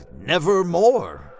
Nevermore